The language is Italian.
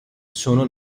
sono